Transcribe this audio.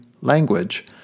language